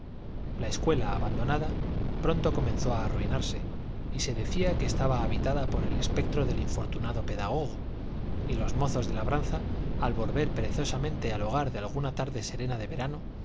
la escuela abandonada pronto comenzó a arruinarse y se decía que estaba habitada por el espectro del infortunado pedagogo y los mozos de labranza al volver perezosamente al hogar en alguna tarde serena de verano